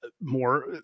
more